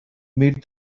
meet